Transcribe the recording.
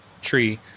tree